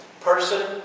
person